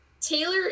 Taylor